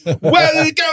welcome